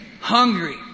hungry